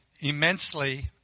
immensely